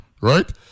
right